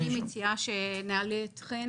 אני מציעה שנעלה את חן,